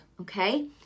Okay